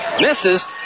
misses